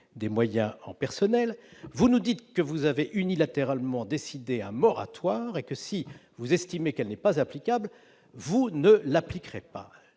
des moyens en personnel, vous nous dites que vous avez unilatéralement décidées à moratoire et que, si vous estimez qu'elle n'est pas applicable, vous ne l'appliquerait pas